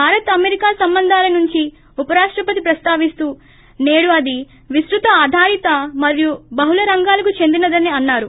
Bharat America సంబంధాల నుంచి ఉపరాష్టపతి ప్రస్తావిస్తూ నేడు అది విస్తృత ఆధారిత మరియు బహుళ రంగాలకు చెందినేదని అన్నారు